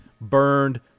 burned